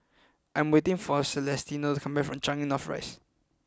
I am waiting for Celestino to come back from Changi North Rise